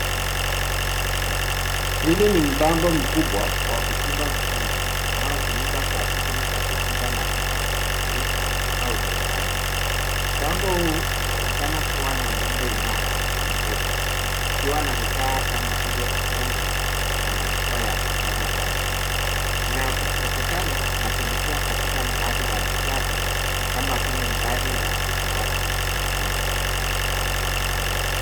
Hili ni mtambo mkubwa wa kuchimba visima, unaotumika kwa shughuli za kuchimba mafuta, gesi au joto ardhi. Mtambo huu unaonekana kuwa na muundo imara na mrefu, ukiwa na vifaa kama vile korongo na majukwaa ya kufanya kazi. Inawezekana inatumikia katika mradi wa nishati, kama vile mradi wa joto ardhi mjini.